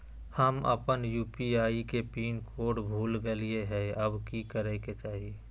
हम अपन यू.पी.आई के पिन कोड भूल गेलिये हई, अब की करे के चाही?